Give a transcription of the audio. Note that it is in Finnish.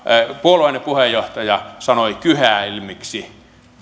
puolueenne puheenjohtaja sanoi kyhäelmiksi